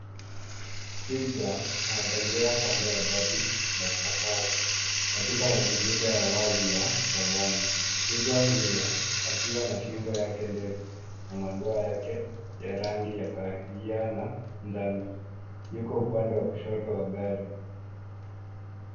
Twiga anatembea kando ya gari ya safari katika mazingira ya wazi ya savannah . Twiga huyo akiwa na shingo yake ndefu na madoa yake ya rangi ya kahawia na njano yuko upande wa kushoto wa gari.